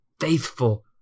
faithful